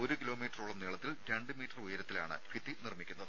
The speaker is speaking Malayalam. ഒരു കിലോമീറ്ററോളം നീളത്തിൽ രണ്ട് മീറ്റർ ഉയരത്തിലാണ് ഭിത്തി നിർമ്മിക്കുന്നത്